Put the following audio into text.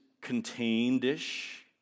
contained-ish